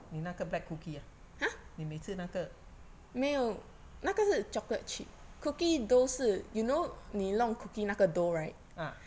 你那个 black cookie ah 你每次那个啊